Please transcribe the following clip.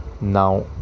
now